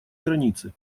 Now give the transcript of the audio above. границы